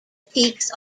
peaks